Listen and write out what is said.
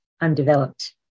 undeveloped